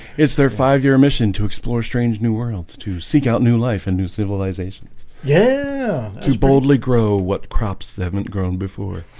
it's their five-year mission to explore strange new worlds to seek out new life and new civilizations yeah, he's boldly grow what crops they haven't grown before?